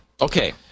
Okay